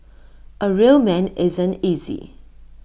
A real man isn't easy